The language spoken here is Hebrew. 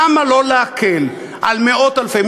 למה לא להקל על מאות אלפי,